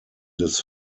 des